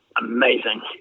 amazing